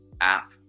app